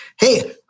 Hey